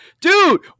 dude